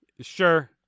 sure